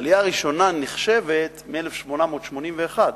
העלייה הראשונה נחשבת מ-1881,